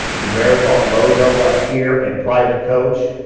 the marathon logo up here, and private coach